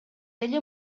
эле